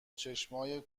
چشمای